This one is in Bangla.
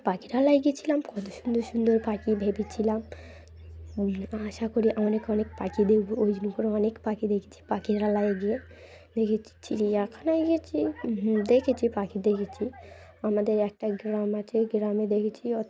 পাখিরালয় গিয়েছিলাম কত সুন্দর সুন্দর পাখি ভেবেছিলাম আশা করি অনেক অনেক পাখি দেখবো ওই করে অনেক পাখি দেখেছি পাখিরালয় গিয়ে দেখেছি চিড়িইয়াখানায় গিয়েছি দেখেছি পাখি দেখেছি আমাদের একটা গ্রাম আছে গ্রামে দেখেছি